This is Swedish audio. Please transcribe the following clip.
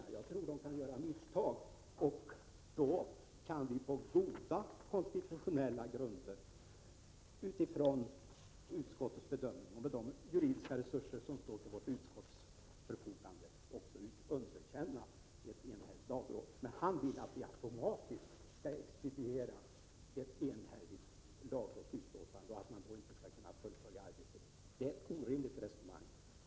Jag tror att de kan göra misstag, och då kan vi på goda konstitutionella grunder, utifrån utskottets bedömning och med de juridiska resurser som står till vårt förfogande, underkänna det enhälliga lagrådet. Han vill att vi automatiskt skall expediera ett enhälligt lagråds utlåtande och alltså inte göra någon självständig bedömning. Det är ett orimligt resonemang.